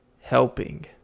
helping